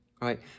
right